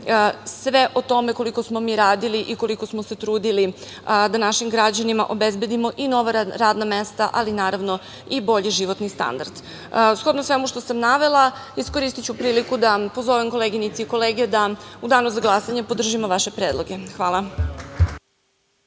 sve o tome koliko smo mi radili i koliko smo se trudili da našim građanima obezbedimo i nova radna mesta, ali naravno i bolji životni standard. Shodno svemu što sam navela iskoristiću priliku da pozovem koleginice i kolege da u danu za glasanje podržimo važe predloge. Hvala.